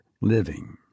living